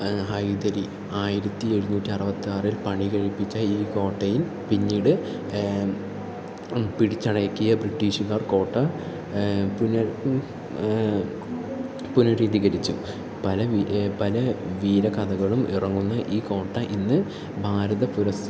ഹൈദരി ആയിരത്തി എഴുന്നൂറ്റി അറുപത്താറിൽ പണികഴിപ്പിച്ച ഈ കോട്ടയിൽ പിന്നീട് പിടിച്ചടക്കിയ ബ്രിട്ടീഷുകാർ കോട്ട പുനരുദ്ധീകരിച്ചു പല പല വീര കഥകളും ഇറങ്ങുന്ന ഈ കോട്ട ഇന്ന് ഭാരത